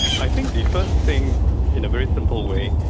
i think the first thing, in a very simple way,